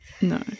No